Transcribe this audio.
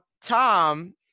Tom